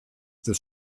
des